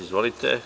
Izvolite.